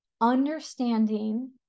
understanding